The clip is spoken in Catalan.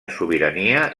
sobirania